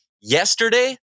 Yesterday